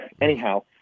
Anyhow